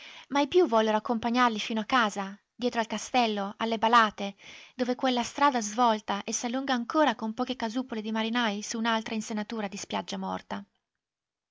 i più vollero accompagnarli fino a casa dietro al castello alle balàte dove quella strada svolta e s'allunga ancora con poche casupole di marinai su un'altra insenatura di spiaggia morta